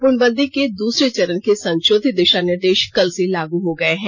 पूर्णबंदी के दूसरे चरण के संशोधित दिशा निर्देश कल से लागू हो गये हैं